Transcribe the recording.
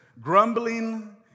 grumbling